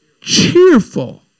cheerful